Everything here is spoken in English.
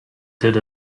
did